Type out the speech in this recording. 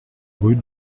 rue